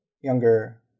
younger